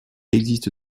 existe